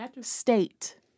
state